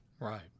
Right